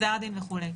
גזר דין וכו'.